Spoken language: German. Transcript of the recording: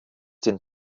den